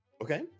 Okay